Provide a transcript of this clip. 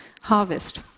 harvest